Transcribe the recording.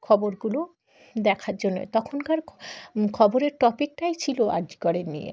খবরগুলো দেখার জন্য তখনকার খবরের টপিকটাই ছিল আর জি করের নিয়ে